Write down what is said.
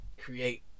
create